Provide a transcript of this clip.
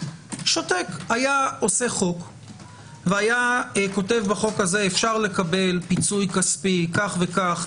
היה עושה חוק וכותב בו: אפשר לקבל פיצוי כספי כך וכך,